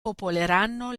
popoleranno